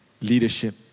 leadership